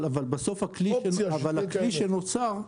אבל בסוף הכלי שנוצר פה